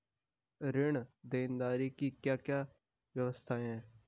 ऋण देनदारी की क्या क्या व्यवस्थाएँ हैं?